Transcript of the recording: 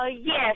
Yes